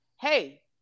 hey